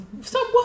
Stop